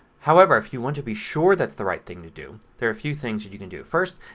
however if you want to be sure that's the right thing to do there are a few things that you can do. first,